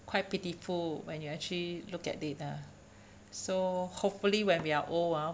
quite pitiful when you actually look at it ah so hopefully when we are old ah